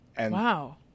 Wow